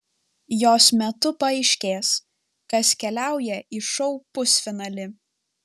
jos metu paaiškės kas keliauja į šou pusfinalį